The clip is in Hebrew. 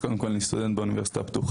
אז קודם כל אני סטודנט באוניברסיטה הפתוחה.